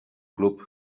club